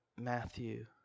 Matthew